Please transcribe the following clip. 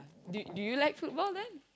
do do you like football then